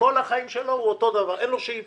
כל החיים שלו הוא אותו דבר, אין לו שאיפות.